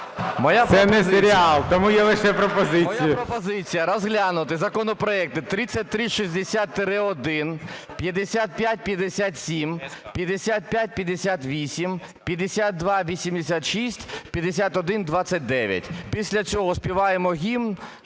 Це не серіал, тому є лише пропозиція. АРАХАМІЯ Д.Г. Моя пропозиція розглянути законопроекти 3360-1, 5557, 5558, 5286, 5129. Після цього співаємо гімн